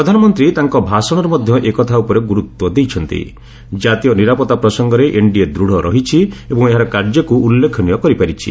ପ୍ରଧାନମନ୍ତ୍ରୀ ତାଙ୍କ ଭାଷଣରେ ମଧ୍ୟ ଏକଥା ଉପରେ ଗୁରୁତ୍ୱ ଦେଇଛନ୍ତି କାତୀୟ ନିରାପତ୍ତା ପ୍ରସଙ୍ଗରେ ଏନ୍ଡିଏ ଦୂଢ଼ ରହିଛି ଏବଂ ଏହାର କାର୍ଯ୍ୟକୁ ଉଲ୍ଲେଖନୀୟ କରିପାରିଛି